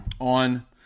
on